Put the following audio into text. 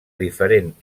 diferent